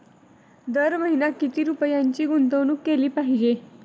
दर महिना किती रुपयांची गुंतवणूक केली पाहिजे?